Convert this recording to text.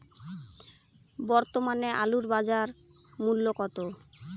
বর্তমানে আলুর বাজার মূল্য কত?